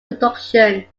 productions